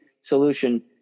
solution